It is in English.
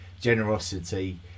generosity